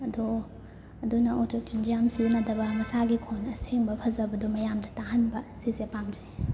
ꯑꯗꯣ ꯑꯗꯨꯅ ꯑꯣꯇꯣ ꯇ꯭ꯌꯨꯟꯁꯦ ꯌꯥꯝ ꯁꯤꯖꯤꯟꯅꯗꯕ ꯃꯁꯥꯒꯤ ꯈꯣꯟ ꯑꯁꯦꯡꯕ ꯐꯖꯕꯗꯣ ꯃꯌꯥꯝꯗ ꯇꯥꯍꯟꯕ ꯁꯤꯁꯦ ꯄꯥꯝꯖꯩ